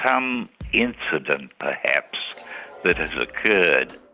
um incident perhaps that has occurred.